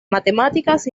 matemáticas